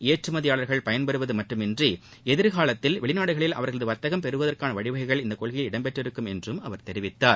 ஏற்றுமதியாளர்கள் பயன்பெறுவது மட்டுமன்றி எதிர்காலத்தில் வெளிநாடுகளில் அவர்களது வர்த்தகம் பெருகுவதற்கான வழிவகைகள் இந்த கொள்கையில் இடம்பெற்றிருக்கும் என்று அவர் கூறினார்